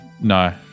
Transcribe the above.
No